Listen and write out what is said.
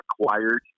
acquired